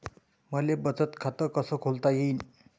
मले बचत खाते कसं खोलता येईन?